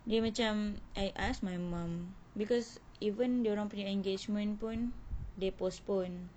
dia macam I I asked my mum because even dorang punya engagement pun they postpone